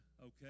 Okay